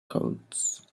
codes